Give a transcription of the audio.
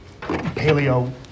paleo